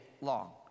long